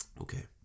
Okay